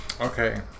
Okay